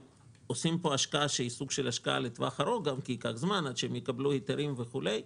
ועושים כאן השקעה לטווח ארוך כי ייקח זמן עד שהם יקבלו היתרים וכולי,